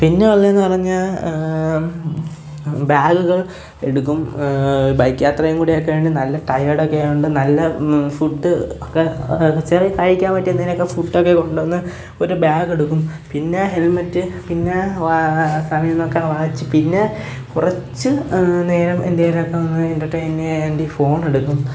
പിന്നെ ഉള്ളതെന്ന് പറഞ്ഞാല് ബാഗുകള് എടുക്കും ബൈക്ക് യാത്രയും കൂടെയെക്കെ ആയോണ്ട് നല്ല റ്റയേടൊക്കെ ആയോണ്ട് നല്ല ഫുഡ് ഒക്കെ ചെറിയെ കഴിക്കാന് പറ്റിയ എന്തേലുവൊക്കെ ഫുഡൊക്കെ കൊണ്ടുപോകുന്ന ഒരു ബാഗെടുക്കും പിന്നെ ഹെല്മെറ്റ് പിന്നെ സമയം നോക്കാന് വാച്ച് പിന്നെ കുറച്ച് നേരം എന്തേലുവൊക്കെ ഒന്ന് എന്റ്റര്റ്റയിനിനു വേണ്ടി ഫോണെടുക്കും